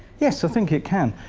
yes, i think it can